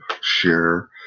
share